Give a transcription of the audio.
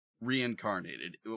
reincarnated